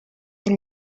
del